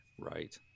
Right